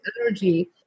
energy